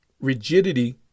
rigidity